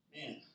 man